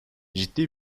ciddi